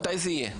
מתי זה יהיה?